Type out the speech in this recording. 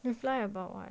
reply about what